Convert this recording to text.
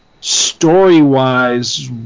story-wise